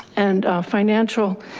and financial